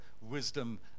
wisdom